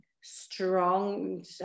strong